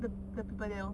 the the people there lor